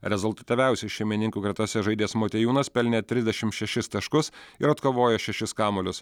rezultatyviausiai šeimininkų gretose žaidęs motiejūnas pelnė trisdešimt šešis taškus ir atkovojo šešis kamuolius